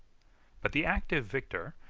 but the active victor,